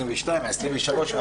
ה-22 וה-23,